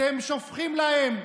אתם שופכים להם,